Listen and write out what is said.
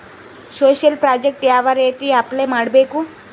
Social project ಯಾವ ರೇತಿ apply ಮಾಡಬೇಕು?